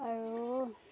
আৰু